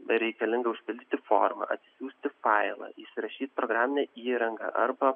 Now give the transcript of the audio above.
bereikalingą užpildyti formą atsisiųsti failus įsirašyti programinę įranga arba